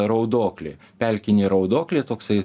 raudoklė pelkinė raudoklė toksai